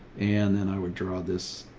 and then i would draw this,